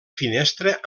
finestra